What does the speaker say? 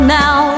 now